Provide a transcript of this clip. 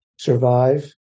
survive